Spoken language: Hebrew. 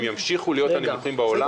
הם ימשיכו להיות מהנמוכים בעולם גם אז.